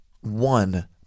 one